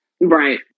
right